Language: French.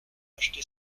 acheté